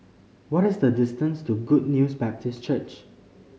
what is the distance to Good News Baptist Church